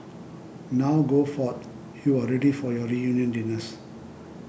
now go forth you are ready for your reunion dinners